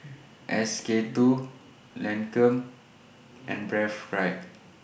S K two Lancome and Breathe Right